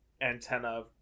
antenna